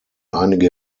einige